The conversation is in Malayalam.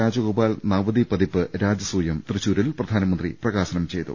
രാജഗോപാൽ നവതി പതിപ്പ് രാജസൂയം തൃശൂരിൽ പ്രധാനമന്ത്രി പ്രകാശനം ചെയ്തു